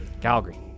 Calgary